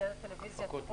הפקות מקור.